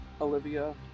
Olivia